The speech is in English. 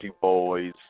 Boys